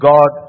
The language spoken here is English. God